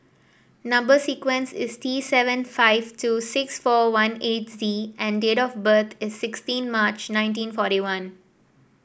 number sequence is T seven five two six four one eight Z and date of birth is sixteen March nineteen forty one